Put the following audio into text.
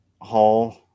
Hall